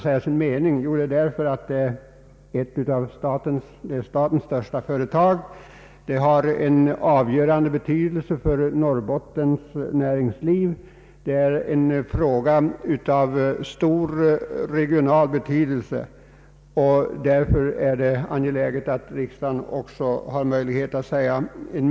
Det gäller ju här ett av statens största företag, som har avgörande betydelse för Norrbottens näringsliv. Det är också ett avgörande av stor regional betydelse.